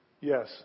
yes